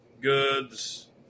goods